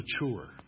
mature